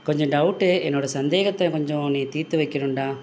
கொஞ்சம் டவுட்டு என்னோடய சந்தேகத்தை கொஞ்சம் நீ தீர்த்து வைக்கணும்டா